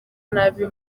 nabi